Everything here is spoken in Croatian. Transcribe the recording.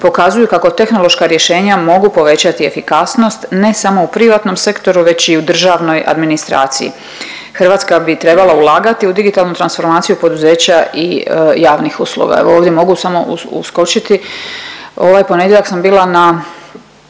pokazuju kako tehnološka rješenja mogu povećati efikasnost, ne samo u privatnom sektoru već i u državnoj administraciji. Hrvatska bi trebala ulagati u digitalnu transformaciju poduzeća i javnih usluga.